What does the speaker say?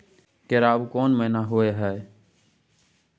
केराव कोन महीना होय हय?